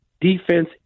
defense